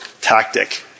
tactic